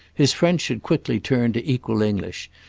his french had quickly turned to equal english,